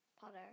Potter